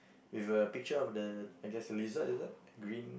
with a picture of the I guess a lizard is it green